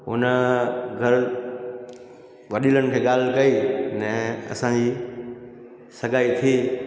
उन गल वडीलनि खे ॻाल्हि कई न असांजी सगाई थी